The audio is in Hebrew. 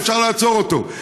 ואפשר לעצור אותו.